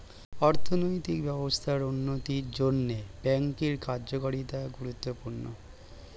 অর্থনৈতিক ব্যবস্থার উন্নতির জন্যে ব্যাঙ্কের কার্যকারিতা গুরুত্বপূর্ণ